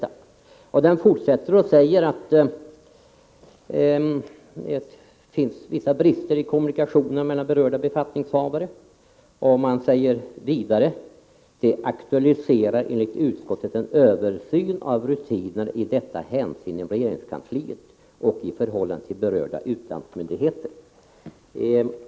Majoriteten säger vidare att det finns ”vissa brister i kommunikationerna mellan berörda befattningshavare” och anser att detta aktualiserar ”en översyn av rutinerna i detta hänseende inom regeringskansliet och i förhållande till berörda utlandsmyndigheter”.